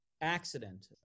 accident